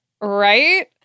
right